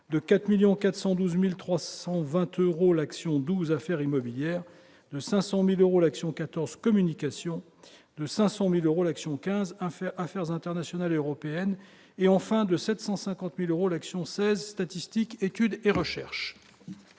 412320 euros l'action 12 affaires immobilières de 500000 euros l'action 14 communications de 500000 euros l'action 15 affaires affaires internationales et européennes, et enfin de 750000 euros l'action 16 statistiques études et recherches